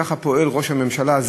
ככה פועל ראש הממשלה?